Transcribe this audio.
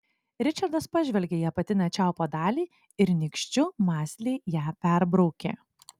ričardas pažvelgė į apatinę čiaupo dalį ir nykščiu mąsliai ją perbraukė